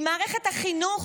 עם מערכת החינוך,